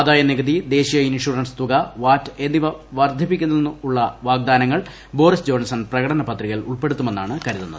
ആദായനികുതി ദേശീയ ഇൻഷുറൻസ് തുക വാറ്റ് എന്നിവ വർദ്ധിപ്പിക്കില്ലെന്നുമുള്ള വാഗ്ദാനങ്ങൾ ബോറിസ് ജോൺസൺ പ്രകടന പത്രികയിൽ ഉൾപ്പെടുത്തുമെന്നാണ് കരുതുന്നത്